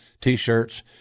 t-shirts